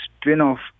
spin-off